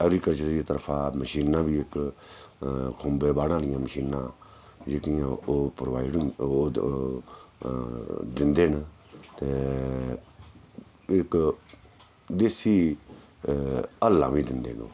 agriculture दी तरफा मशीनां बी इक खुम्बे बाह्ने आह्लियां मशीनां जेह्कियां ओह् प्रोवाइड ओह् दिंदे न ते इक देसी हल्लां बी दिंदे न ओह्